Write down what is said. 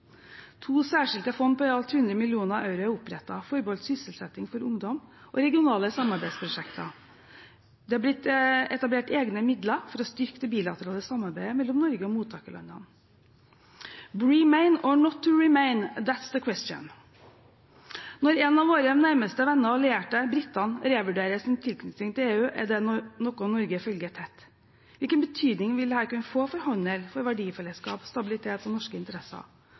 To særskilte fond på i alt 100 mill. euro er opprettet forbeholdt sysselsetting for ungdom og regionale samarbeidsprosjekter. Det har blitt etablert egne midler for å styrke det bilaterale samarbeidet mellom Norge og mottagerlandene. «Bremain, or not to Remain, that’s the question.» Når en av våre nærmeste venner og allierte, britene, revurderer sin tilknytning til EU, er det noe Norge følger tett. Hvilken betydning vil dette kunne få for handel, verdifellesskap, stabilitet og norske interesser?